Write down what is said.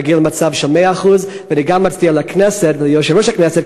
נגיע למצב של 100%. אני גם מצדיע לכנסת וליושב-ראש הכנסת,